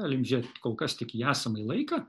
galim žiūrėt kol kas tik į esamąjį laiką